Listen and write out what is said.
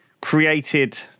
created